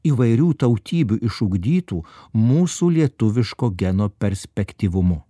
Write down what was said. įvairių tautybių išugdytu mūsų lietuviško geno perspektyvumu